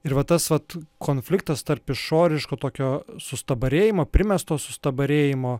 ir va tas vat konfliktas tarp išoriško tokio sustabarėjimo primesto sustabarėjimo